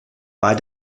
bei